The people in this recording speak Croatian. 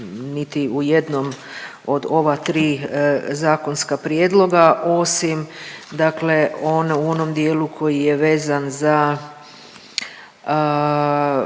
niti u jednom od ova tri zakonska prijedloga osim dakle u onom dijelu koji je vezan za